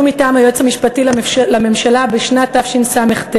מטעם היועץ המשפטי לממשלה בשנת תשס"ט,